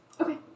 Okay